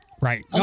right